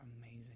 amazing